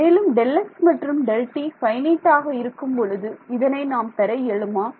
மேலும் Δx மற்றும் Δt ஃபைனைட்டாக இருக்கும்பொழுது இதனை நாம் பெற இயலுமா